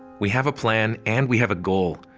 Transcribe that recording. we have a plan and we have a goal.